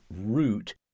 root